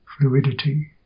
Fluidity